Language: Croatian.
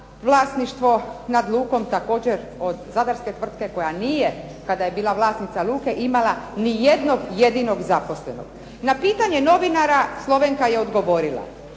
vlasništvo nad "Lukom" također od zadarske tvrtke koja nije kada je bila vlasnica "Luke" imala ni jednog jedinog zaposlenog. Na pitanje novinara slovenka je odgovorila,